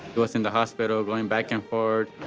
he was in the hospital, going back and forth.